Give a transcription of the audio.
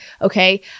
okay